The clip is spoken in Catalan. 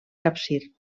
capcir